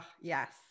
yes